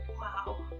wow